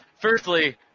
Firstly